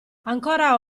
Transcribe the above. ancora